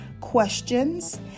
questions